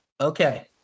Okay